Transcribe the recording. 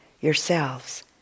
yourselves